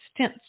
stents